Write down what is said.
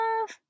love